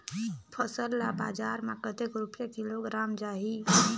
फसल ला बजार मां कतेक रुपिया किलोग्राम जाही?